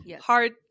hard